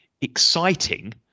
exciting